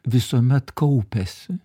visuomet kaupiasi